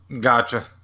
Gotcha